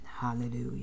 Hallelujah